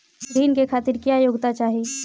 ऋण के खातिर क्या योग्यता चाहीं?